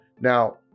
Now